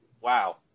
Wow